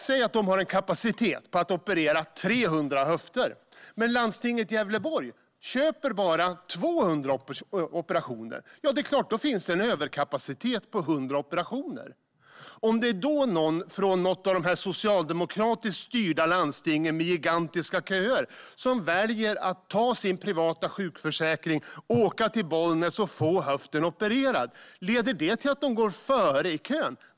Säg att man där har kapacitet att operera 300 höfter men landstinget i Gävleborg bara köper 200 operationer. Då finns det en överkapacitet på 100 operationer. Säg att någon från något av de socialdemokratiskt styrda landstingen med gigantiska köer då väljer att ta sin privata sjukförsäkring, åka till Bollnäs och få höften opererad. Leder det till att denna någon går före i kön?